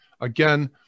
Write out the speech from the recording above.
again